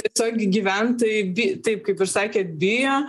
tiesiog gyventojai bi taip kaip ir sakėt bijo